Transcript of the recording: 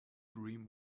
dream